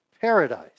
paradise